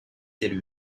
élu